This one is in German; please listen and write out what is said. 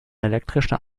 elektrischen